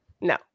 No